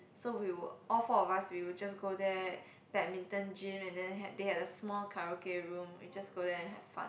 so we were all four of us we will just go there badminton gym and then they had they had a small karaoke room we just go there and have fun